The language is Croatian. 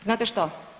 Znate što?